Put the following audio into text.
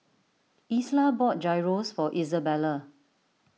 Isla bought Gyros for Izabella